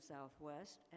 Southwest